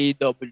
AW